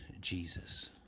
Jesus